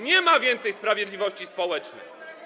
Nie ma więcej sprawiedliwości społecznej.